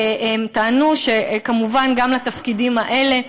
הם טענו שכמובן גם לתפקידים האלה,